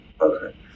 Okay